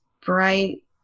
bright